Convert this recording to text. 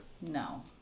No